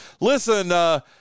Listen